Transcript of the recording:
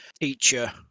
teacher